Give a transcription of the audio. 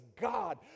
God